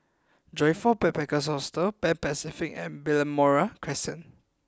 Joyfor Backpackers' Hostel Pan Pacific and Balmoral Crescent